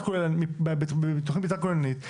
בתכנית מתאר כוללנית,